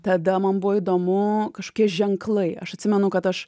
tada man buvo įdomu kažkokie ženklai aš atsimenu kad aš